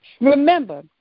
remember